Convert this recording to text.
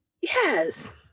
yes